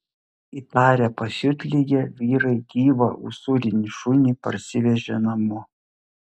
įtarę pasiutligę vyrai gyvą usūrinį šunį parsivežė namo